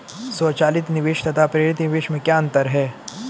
स्वचालित निवेश तथा प्रेरित निवेश में क्या अंतर है?